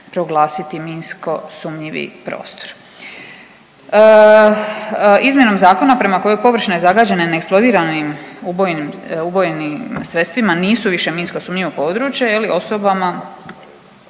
proglasiti minsko sumnjivi prostor. Izmjenom zakona prema kojoj površine zagađene neeksplodiranim ubojnim, ubojeni sredstvima nisu više minsko sumnjivo područje, je li, osobama